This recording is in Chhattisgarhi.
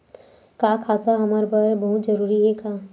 का खाता हमर बर बहुत जरूरी हे का?